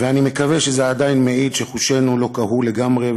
ואני מקווה שזה עדיין מעיד שחושינו לא קהו לגמרי,